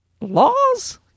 Laws